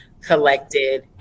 collected